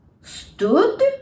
stood